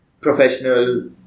professional